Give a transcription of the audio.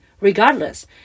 regardless